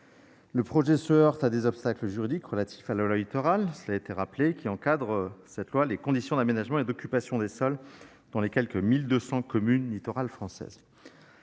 Le projet se heurte à des obstacles juridiques relatifs à la loi Littoral, qui encadre les conditions d'aménagement et d'occupation des sols dans les quelque 1 200 communes littorales françaises.